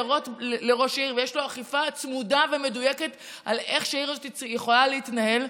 לראש העיר יש סיירות ואכיפה צמודה ומדויקת איך העיר הזאת יכולה להתנהל.